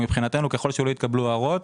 ומבחינתנו, ככל שלא יתקבלו הערות,